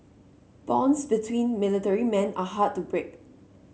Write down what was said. bonds between military men are hard to break